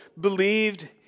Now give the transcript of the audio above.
believed